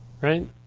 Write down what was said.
right